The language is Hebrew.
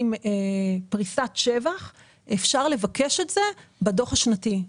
פריסת שבח אפשר לבקש את זה בדוח השנתי.